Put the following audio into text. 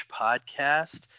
Podcast